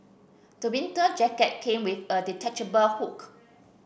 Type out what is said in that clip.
the winter jacket came with a detachable hood